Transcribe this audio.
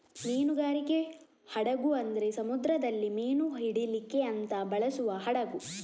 ಮೀನುಗಾರಿಕೆ ಹಡಗು ಅಂದ್ರೆ ಸಮುದ್ರದಲ್ಲಿ ಮೀನು ಹಿಡೀಲಿಕ್ಕೆ ಅಂತ ಬಳಸುವ ಹಡಗು